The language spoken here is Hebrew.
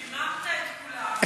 היממת את כולם.